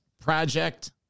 project